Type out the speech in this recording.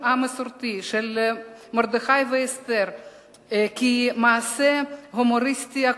המסורתי של מרדכי ואסתר כמעשה הומוריסטי אקטואלי,